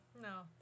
No